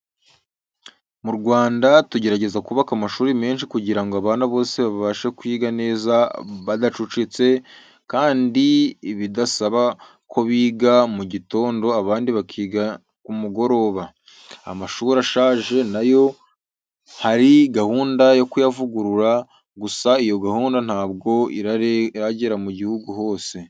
Mu Rwanda tugerageza kubaka amashuri menshi kugira ngo abana bose babashe kwiga neza badacucitse, kandi bidasaba ko biga mu gitondo abandi bakiga ku mugoroba. Amashuri ashaje na yo hari gahunda yo kuyavugurura, gusa iyo gahunda ntabwo iragera mu gihugu hose.